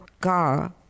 car